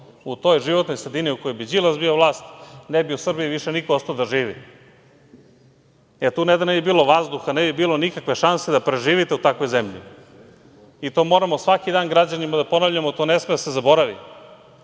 toj životnoj sredini, u kojoj bi Đilas bio vlast, ne bi u Srbiji više niko ostao da živi. Tu ne da ne bi bilo vazduha, ne bi bilo nikakve šanse da preživite u takvoj zemlji i to moramo svaki dan građanima da ponavljamo, to ne sme da se zaboravi. Nekad